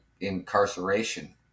incarceration